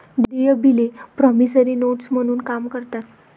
देय बिले promissory notes म्हणून काम करतात